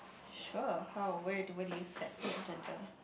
sure how where do where do you set your agenda